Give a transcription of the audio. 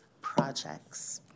projects